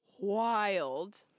Wild